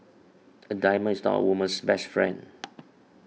a diamond is not a woman's best friend